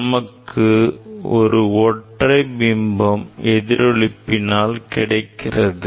நமக்கு இப்போது ஒரு ஒற்றைப் பிம்பம் எதிரொளிப்பினால் கிடைக்கிறது